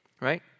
right